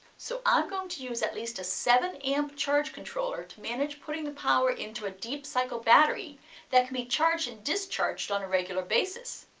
so i'm ah going to use at least a seven amp charge controller to manage putting the power into a deep cycle battery that can be charged and discharged on a regular basis.